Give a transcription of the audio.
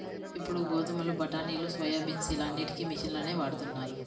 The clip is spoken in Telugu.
ఇప్పుడు గోధుమలు, బఠానీలు, సోయాబీన్స్ ఇలా అన్నిటికీ మిషన్లనే వాడుతున్నారు